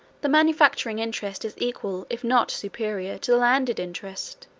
the manufacturing interest is equal, if not superior, to the landed interest,